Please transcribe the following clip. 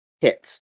Hits